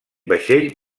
vaixell